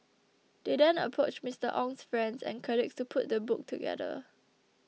they then approached Mister Ong's friends and colleagues to put the book together